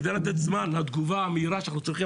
כדי לתת זמן לתגובה המהירה שאנחנו צריכים